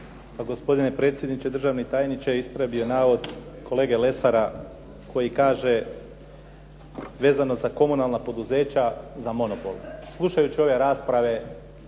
gospodine predsjedniče, državni tajniče ispravio bih navod kolege Lesara koji kaže, vezano za komunalna poduzeća za monopol. Slušajući ove rasprave